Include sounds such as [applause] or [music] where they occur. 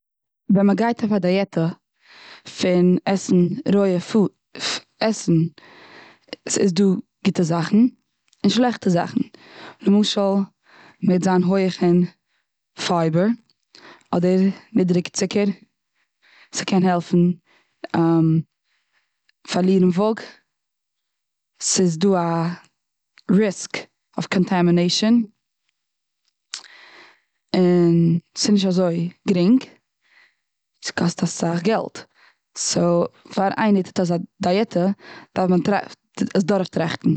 ווען מ'גייט אויף א דייעטע פון עסן רויע [unintelligible] [unintelligible] עסן, ס'איז דא גוטע זאכן, און שלעכטע זאכן. למשל מיט זיין הויעך און פייבער, אדער נידריג צוקער. ס'קען העלפן [hesitation] פארלירן וואג. ס'איז דא א ריסק אויף קאנטעמינעישן. און ס'נישט אזוי גרינג, ס'קאסט אסאך געלט. סאו, פאר איינער טוט אזא דייעטע דארף מען [unintelligible] עס אדורך טראכטן.